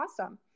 awesome